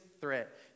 threat